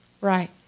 Right